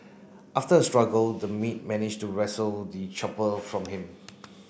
after a struggle the maid managed to wrestle the chopper from him